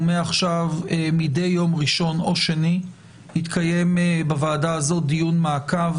ומעכשיו מדי יום ראשון או שני יתקיים בוועדה הזאת דיון מעקב